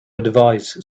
advise